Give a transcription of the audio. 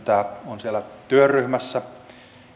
tämä on siellä työryhmässä